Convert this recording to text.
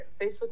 Facebook